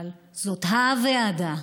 אבל זאת ה-וועדה,